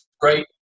great